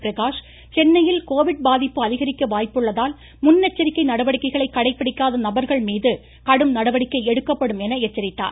பிரகாஷ் சென்னையில் கோவிட் பாதிப்பு அதிகரிக்க வாய்ப்புள்ளதால் முன்னெச்சரிக்கை நடவடிக்கைகளை கடைபிடிக்காத நபர்கள் மீது கடும் நடவடிக்கை எடுக்கப்படும் என எச்சரித்தார்